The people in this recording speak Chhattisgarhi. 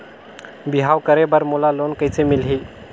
बिहाव करे बर मोला लोन कइसे मिलही?